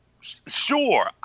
sure